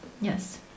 yes